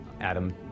Adam